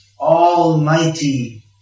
almighty